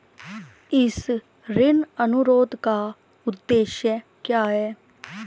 इस ऋण अनुरोध का उद्देश्य क्या है?